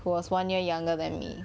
who was one year younger than me